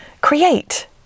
create